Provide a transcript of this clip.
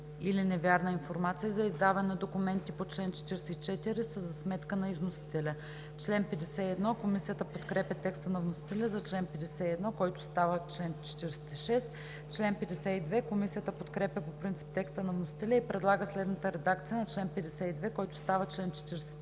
или невярна информация за издаване на документите по чл. 44, са за сметка на износителя.“ Комисията подкрепя текста на вносителя за чл. 51, който става чл. 46. Комисията подкрепя по принцип текста на вносителя и предлага следната редакция на чл. 52, който става чл. 47: